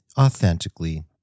authentically